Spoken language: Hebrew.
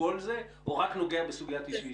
כל זה או רק נוגע בסוגיית "איש ואשתו"?